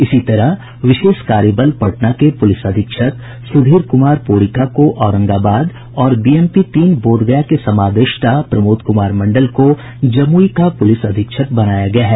इसी तरह विशेष कार्य बल पटना के पुलिस अधीक्षक सुधीर कुमार पोरिका को औरंगाबाद और बीएमपी तीन बोधगया के समादेष्टा प्रमोद कुमार मंडल को जमुई का पुलिस अधीक्षक बनाया गया है